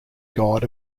god